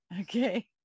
Okay